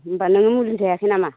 होमब्ला नोङो मुलि जायाखै नामा